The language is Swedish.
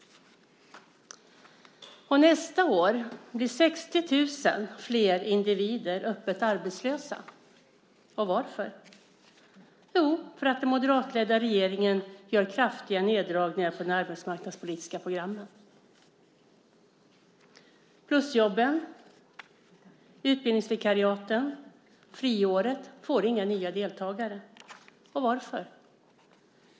Nästa år blir 60 000 flera individer öppet arbetslösa. Varför? Jo, den moderatledda regeringen gör kraftiga neddragningar på de arbetsmarknadspolitiska programmen. Plusjobben, utbildningsvikariaten och friåret får inga nya deltagare. Varför?